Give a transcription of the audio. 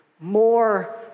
More